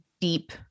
deep